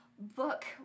book